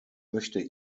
möchte